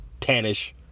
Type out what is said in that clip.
tannish